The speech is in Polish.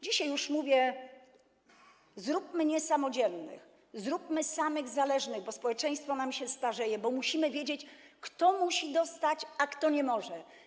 Dzisiaj już mówię: zróbmy niesamodzielny, zróbmy z samych zależnych, bo społeczeństwo nam się starzeje, bo musimy wiedzieć, kto musi dostać, a kto nie może.